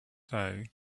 though